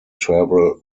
travel